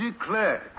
declare